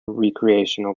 recreational